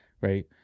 right